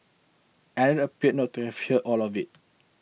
another appeared not to have hear all of it